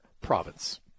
province